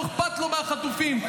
לא אכפת לו מהחטופים.